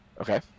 Okay